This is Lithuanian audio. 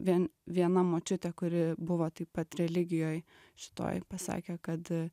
vien viena močiutė kuri buvo taip pat religijoj šitoj pasakė kad